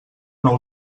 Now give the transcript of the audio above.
nou